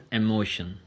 emotion